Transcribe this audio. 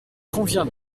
convient